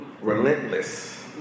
Relentless